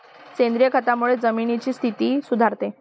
सेंद्रिय खतामुळे जमिनीची स्थिती सुधारते